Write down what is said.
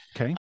Okay